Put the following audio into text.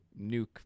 nuke